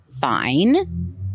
fine